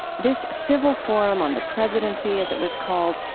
this civil forum on the presidency, as it was called,